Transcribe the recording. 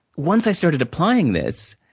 once i started applying this,